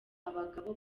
abagabo